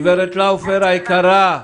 גברת לאופר היקרה,